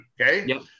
okay